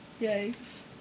Yikes